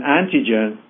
antigen